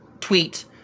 tweet